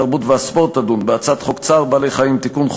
התרבות והספורט תדון בהצעת חוק צער בעלי-חיים (תיקון,